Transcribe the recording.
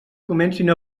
comencin